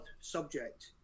subject